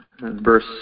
verse